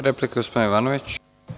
Replika, gospodin Jovanović.